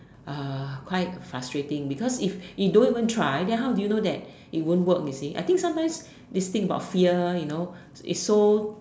quite frustrating because if you don't even try then how do you even know that it won't work you see I think sometimes this thing about fear you know it's so